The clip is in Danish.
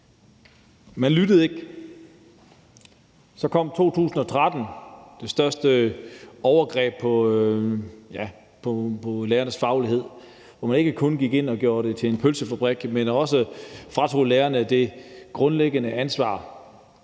man lyttede ikke. Så kom der i 2013 det største overgreb på lærernes faglighed, hvor man ikke kun gik ind og gjorde det til en pølsefabrik, men man også fratog lærerne det grundlæggende ansvar